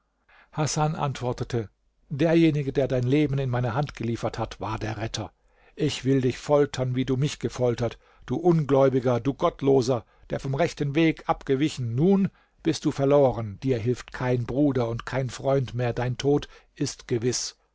hasan antwortete derjenige der dein leben in meine hand geliefert hat war der retter ich will dich foltern wie du mich gefoltert du ungläubiger du gottloser der vom rechten weg abgewichen nun bist du verloren dir hilft kein bruder und kein freund mehr dein tod ist gewiß